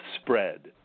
spread